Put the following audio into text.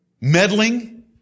meddling